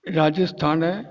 Rajasthan